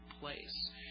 place